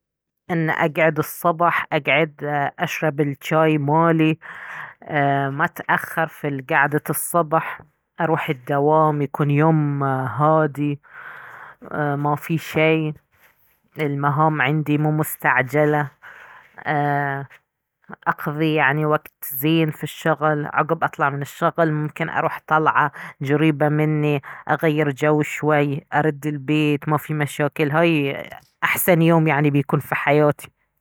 ان اقعد الصبح اقعد اشرب الجاي مالي ايه ما اتأخر في قعدة الصبح اروح الدوام يكون يوم هادي ايه مافي شي المهام عندي مو مستعجلة ايه اقضي يعني وقت زين في الشغل عقب اطلع من الشغل ممكن اروح طلعة قريبة مني اغير جو شوي ارد البيت مافي مشاكل هاي احسن يوم يعني بيكون في حياتي